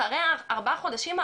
אחרי ארבעה החודשים,